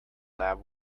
lab